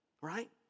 right